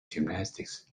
gymnastics